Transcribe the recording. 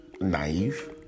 naive